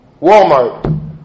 Walmart